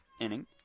inning